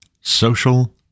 Social